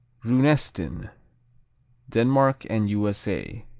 runesten denmark and u s a.